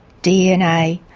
dna,